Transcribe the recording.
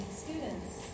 students